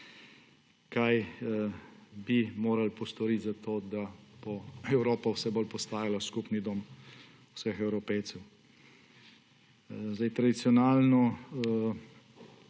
kaj bi morali postoriti za to, da bo Evropa vse bolj postajala skupni dom vseh Evropejcev. Tradicionalno